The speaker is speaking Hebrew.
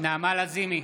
נעמה לזימי,